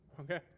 okay